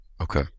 okay